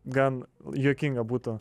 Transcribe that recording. gan juokinga būtų